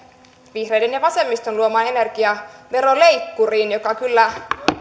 vihreiden ja vasemmiston luomaan energiaveroleikkuriin joka kyllä